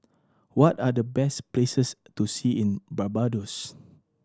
what are the best places to see in Barbados